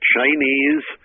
Chinese